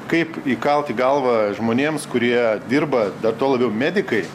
kaip įkalt į galvą žmonėms kurie dirba dar tuo labiau medikai